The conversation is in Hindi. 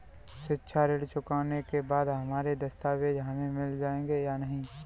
शिक्षा ऋण चुकाने के बाद हमारे दस्तावेज हमें मिल जाएंगे या नहीं?